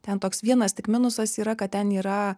ten toks vienas tik minusas yra kad ten yra